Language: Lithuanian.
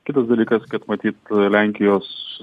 kitas dalykas kad matyt lenkijos